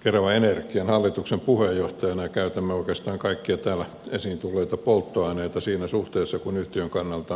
keravan energian hallituksen puheenjohtajana ja käytämme oikeastaan kaikkia täällä esiin tulleita polttoaineita siinä suhteessa kuin yhtiön kannalta on järkevää ja mahdollista